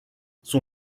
son